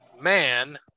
Man